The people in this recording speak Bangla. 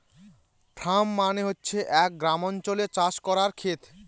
ফার্ম মানে হচ্ছে এক গ্রামাঞ্চলে চাষ করার খেত